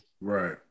Right